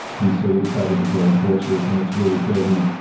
and so we decided to join forces. and it's really been,